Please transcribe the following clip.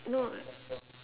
no